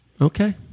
Okay